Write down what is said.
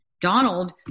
Donald